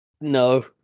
No